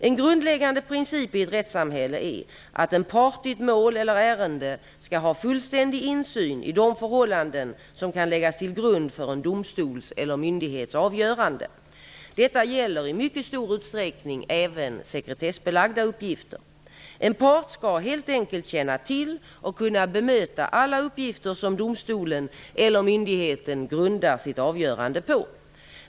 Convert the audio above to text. En grundläggande princip i ett rättssamhälle är att en part i ett mål eller ärende skall ha fullständig insyn i de förhållanden som kan läggas till grund för en domstols eller myndighets avgörande. Detta gäller i mycket stor utsträckning även sekretessbelagda uppgifter. En part skall helt enkelt känna till och kunna bemöta alla uppgifter som domstolen eller myndigheten grundar sitt avgörande på.